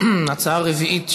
הצעה רביעית שהוצמדה,